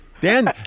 dan